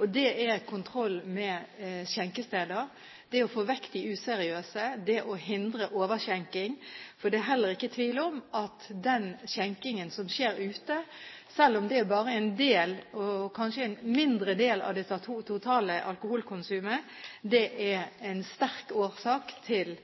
og det er kontroll med skjenkesteder. Vi må få vekk de useriøse og hindre overskjenking, for det er ikke tvil om at den skjenkingen som skjer ute, selv om det kanskje bare er en mindre del av det totale alkoholkonsumet, er en sterk årsak til